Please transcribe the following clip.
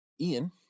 Ian